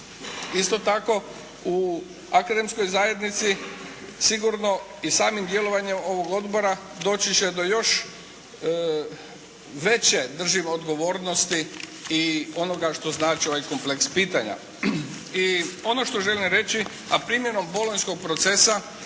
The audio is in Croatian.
Isto tako u akademskoj zajednici sigurno i samim djelovanjem ovog odbora doći će još veće držim odgovornosti i onoga što znači ovaj kompleks pitanja. I ono što želim reći, a primjenom bolonjskog procesa